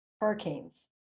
hurricanes